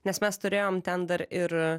nes mes turėjom ten dar ir